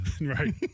right